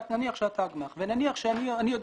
נניח שאתה הגמ"ח ונניח שאני יודע